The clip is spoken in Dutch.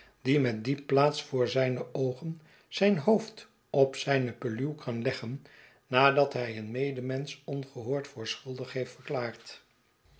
die met die plaats voor zijne oogen zijn hoofd op zijne peluw kan leggen nadat hij een medemensch ongehoord voor schuldig heeft verklaard